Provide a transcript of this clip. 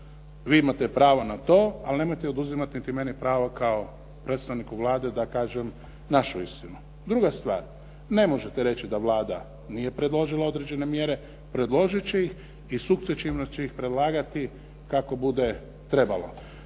vi imate pravo na to, ali nemojte oduzimati ni meni pravo kao predstavniku Vlade da kažem našu istinu. Druga stvar, ne možete reći da Vlada nije predložila određene mjere, predložit će ih i sukcesivno će ih predlagati kako bude trebalo.